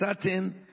certain